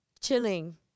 chilling